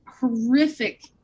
horrific